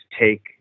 take